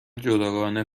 جداگانه